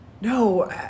No